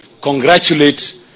congratulate